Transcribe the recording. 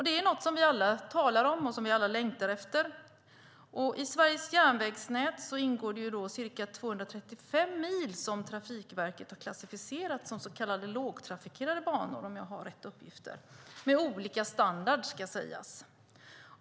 Det är något vi alla talar om och längtar efter, och i Sveriges järnvägsnät ingår ca 235 mil som Trafikverket har klassificerat som så kallade lågtrafikerade banor, om jag har rätt uppgifter. De har olika standard, ska sägas.